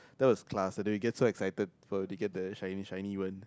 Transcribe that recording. that was class and then we get so excited for we get the shiny shiny one